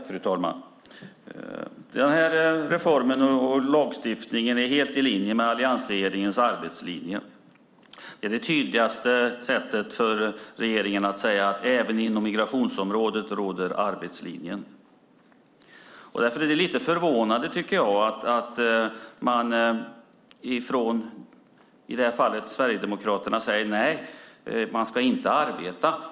Fru talman! Den här reformen och lagstiftningen är helt i linje med alliansregeringens arbetslinje. Det är det tydligaste sättet för regeringen att säga att arbetslinjen råder även inom migrationsområdet. Därför är det lite förvånande att Sverigedemokraterna säger att man inte ska arbeta.